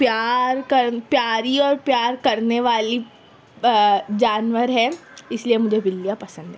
پیار کر پیاری اور پیار کرنے والی جانور ہے اس لیے مجھے بلّیاں پسند ہیں